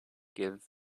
give